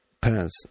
parents